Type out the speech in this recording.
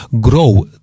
grow